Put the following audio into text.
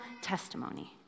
testimony